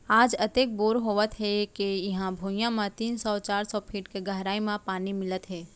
आज अतेक बोर होवत हे के इहीं भुइयां म तीन सौ चार सौ फीट के गहरई म पानी मिलत हे